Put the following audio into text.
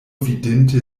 vidinte